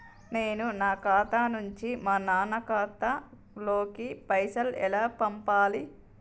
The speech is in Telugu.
నేను నా ఖాతా నుంచి మా నాన్న ఖాతా లోకి పైసలు ఎలా పంపాలి?